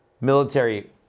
military